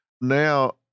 now